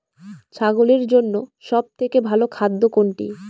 ছাগলের জন্য সব থেকে ভালো খাদ্য কোনটি?